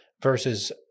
versus